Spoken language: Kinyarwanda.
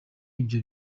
ibyo